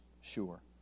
sure